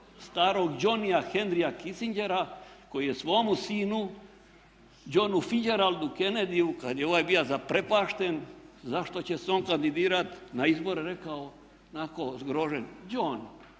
starog Johnnya Henrya Kissingera koji je svome sinu Johnu Fitzgeraldu Kennedyu kad je ovaj bio zaprepašten zašto će se on kandidirati na izbore rekao onako zgroženo "John